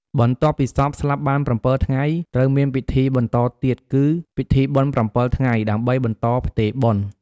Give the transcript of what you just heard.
បន្ទាប់ពីសពស្លាប់បាន៧ថ្ងៃ ត្រូវមានពិធីបន្តទៀត គឺ ពិធីបុណ្យ ៧ថ្ងៃ ដើម្បីបន្តផ្ទេរបុណ្យ។